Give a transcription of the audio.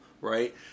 right